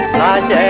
da